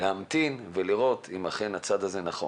להמתין ולראות אם הצעד הזה אכן נכון.